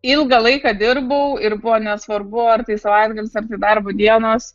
ilgą laiką dirbau ir buvo nesvarbu ar tai savaitgalis ar tai darbo dienos